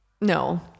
no